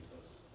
Jesus